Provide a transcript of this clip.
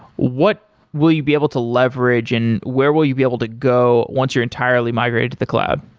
what will you be able to leverage and where will you be able to go once you're entirely migrated to the cloud?